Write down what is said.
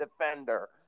defender